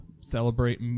celebrate